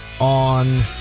on